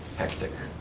hectic.